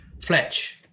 Fletch